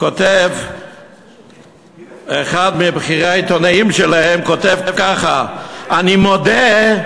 כותב אחד מבכירי העיתונאים שלהם: "אני מודה",